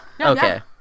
Okay